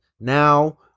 now